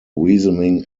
reasoning